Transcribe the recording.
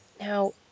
Now